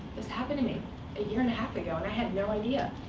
this happened to me a year and a half ago, and i had no idea.